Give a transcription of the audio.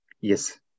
Yes